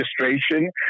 registration